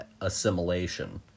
assimilation